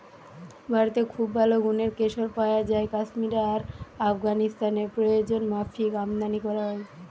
ভারতে খুব ভালো গুনের কেশর পায়া যায় কাশ্মীরে আর আফগানিস্তানে প্রয়োজনমাফিক আমদানী কোরা হয়